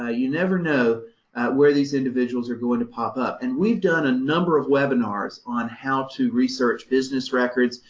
ah you never know where these individuals individuals are going to pop up and we've done a number of webinars on how to research business records,